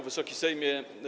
Wysoki Sejmie!